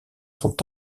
sont